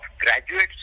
graduates